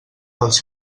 els